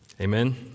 Amen